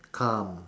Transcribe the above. calm